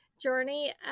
journey